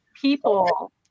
people